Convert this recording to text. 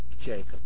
Jacob